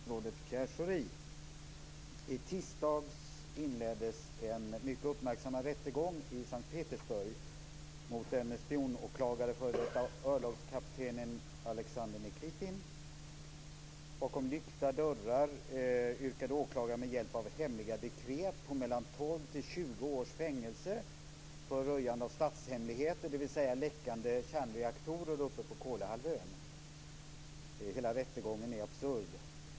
Fru talman! Jag har en fråga till statsrådet Pierre I tisdags inleddes en mycket uppmärksammad rättegång i S:t Petersburg mot den spionanklagade f.d. örlogskaptenen Alexandr Nikitin. Bakom lyckta dörrar yrkade åklagaren med hjälp av hemliga dekret på mellan 12 och 20 års fängelse för röjande av statshemligheter, dvs. läckande kärnreaktorer på Kolahalvön. Hela rättegången är absurd.